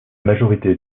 majorité